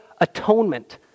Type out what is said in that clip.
atonement